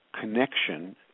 connection